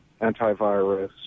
antivirus